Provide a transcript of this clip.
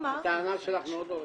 הטענה שלך מאוד לא רצינית.